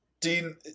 Dean